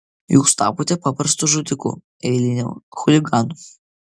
jūs tapote paprastu žudiku eiliniu chuliganu